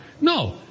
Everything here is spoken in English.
No